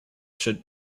should